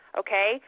okay